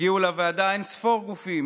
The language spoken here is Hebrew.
הגיעו לוועדה אין-ספור גופים,